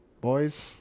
boys